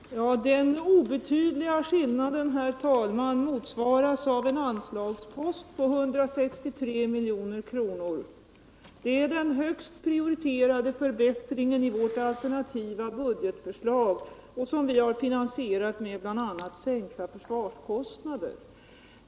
Herr talman! Den obetydliga skillnaden motsvaras av en anslagspost på 163 milj.kr. Det är den högst prioriterade förbättringen i vårt alternativa budgetförslag som vi har finansierat med bl.a. sänkta försvarskostnader.